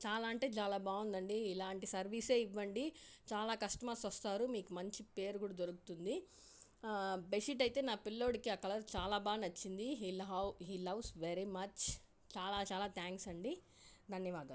చాలా అంటే చాలా బాగుందండి ఇలాంటి సర్వీస్ఏ ఇవ్వండి చాలా కష్టమర్స్ వస్తారు మీకు మంచి పేరు కూడా దొరుకుతుంది బెడ్షీట్ అయితే నా పిల్లోడికి ఆ కలర్ చాలా బాగా నచ్చింది he love he loves very much చాలా చాలా థాంక్స్ అండి ధన్యవాదాలు